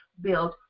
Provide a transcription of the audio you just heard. build